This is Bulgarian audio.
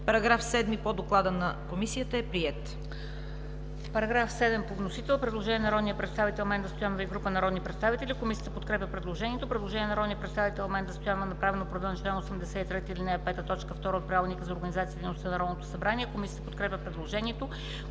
Параграф 7 по доклада на Комисията е приет.